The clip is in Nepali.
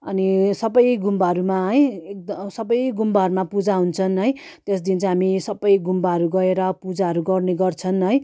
अनि सबै गुम्बाहरूमा है एकदम सबै गुम्बाहरूमा पूजा हुन्छन् है त्यस दिन चाहिँ हामी सबै गुम्बाहरू गएर पूजाहरू गर्ने गर्छन् है